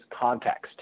context